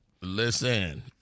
Listen